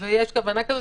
ויש כוונה כזאת,